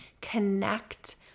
connect